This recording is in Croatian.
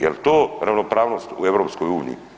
Jel to ravnopravnost u EU?